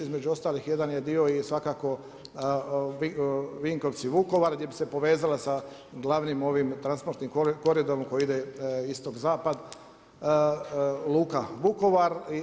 Između ostalih jedan je dio svakako Vinkovci-Vukovar, gdje bi se povezala sa glavnim transportnim koridorom, koji ide istok zapad, luka Vukovar.